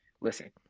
Listen